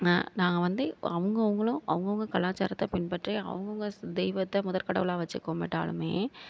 நா நாங்கள் வந்து அவங்க அவங்களும் அவங்க அவங்க கலாச்சாரத்தை பின்பற்றி அவங்க அவங்க தெய்வத்தை முதற்கடவுளாக வச்சு கும்பிட்டாலுமே